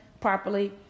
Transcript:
properly